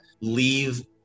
leave